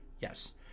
Yes